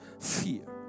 fear